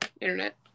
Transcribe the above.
internet